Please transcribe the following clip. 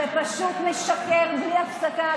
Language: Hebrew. שפשוט משקר בלי הפסקה,